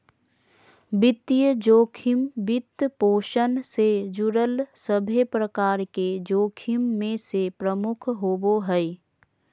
वित्तीय जोखिम, वित्तपोषण से जुड़ल सभे प्रकार के जोखिम मे से प्रमुख होवो हय